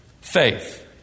faith